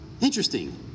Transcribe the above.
Interesting